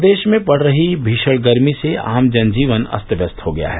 प्रदेश में पड़ रही भीषण गर्मी से आम जन जीवन अस्त व्यस्त हो गया है